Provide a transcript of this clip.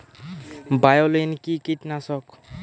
বায়োলিন কি কীটনাশক?